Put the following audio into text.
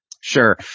Sure